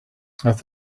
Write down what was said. thought